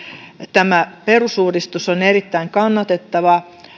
tämä perusuudistus on erittäin kannatettava